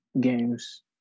games